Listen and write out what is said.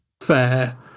fair